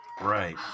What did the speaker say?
Right